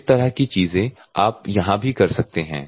तो इसी तरह की चीजें आप यहां भी कर सकते हैं